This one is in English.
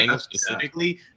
specifically